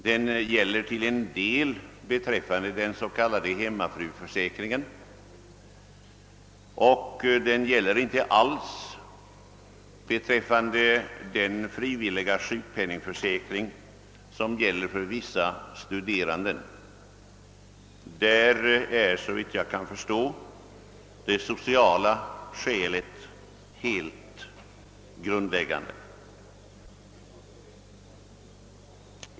Den gäller till en del beträffande den s.k. hemmafruförsäkringen, men den gäller inte alls beträffande den frivilliga sjukpenningförsäkringen för vissa studerande; för deras del är såvitt jag kan förstå de sociala skälen helt avgörande.